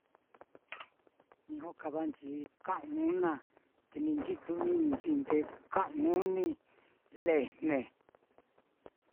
Ni jokavanchi ka una, te ni nchitu-ininchi nde ka uni lejne.